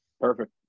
perfect